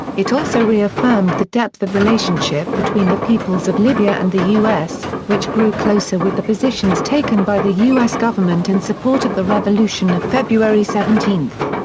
it also reaffirmed the depth of relationship between the peoples of libya and the u s, which grew closer with the positions taken by the u s. government in support of the revolution of february seventeen.